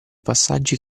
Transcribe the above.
passaggi